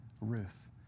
Ruth